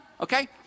Okay